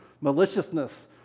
maliciousness